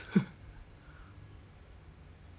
okay so 我我我按我按 pause liao ah